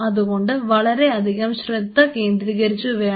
അതുകൊണ്ട് വളരെ അധികം ശ്രദ്ധ കേന്ദ്രീകരിക്കണം